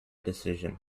decision